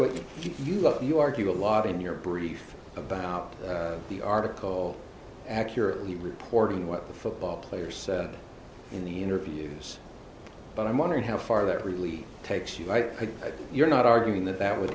way you look you argue a lot in your brief about the article accurately reporting what the football players in the interviews but i'm wondering how far that really takes you right you're not arguing that that would